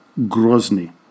Grozny